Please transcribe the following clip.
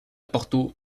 porto